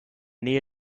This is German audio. nähe